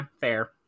fair